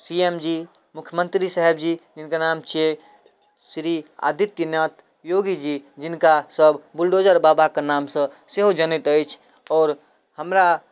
C M ji मुख्यमंन्त्री साहब जी जिनकर नाम छियै श्री आदित्य नाथ योगी जी जिनका सब बुलडोजर बाबाके नामसँ सेहो जनैत अछि आओर हमरा